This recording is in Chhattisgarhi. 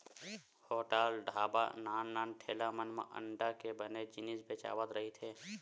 होटल, ढ़ाबा, नान नान ठेला मन म अंडा के बने जिनिस बेचावत रहिथे